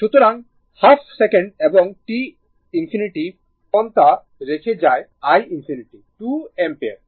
সুতরাং half second এবং t ∞ প্রবণতা রাখে যে i ∞ I 2 অ্যাম্পিয়ার